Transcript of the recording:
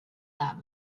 that